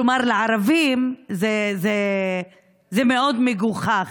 כלומר לערבים, זה מאוד מגוחך.